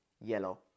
yellow